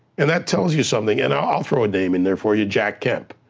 and that tells you something, and i'll throw a name in there for you, jack kemp.